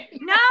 No